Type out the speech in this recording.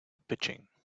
pitching